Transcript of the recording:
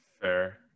Fair